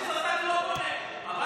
אבל